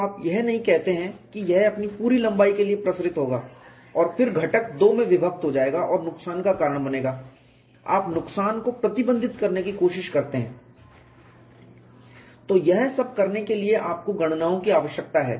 तो यह सब करने के लिए आपको गणनाओं की आवश्यकता है